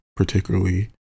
Particularly